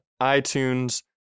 iTunes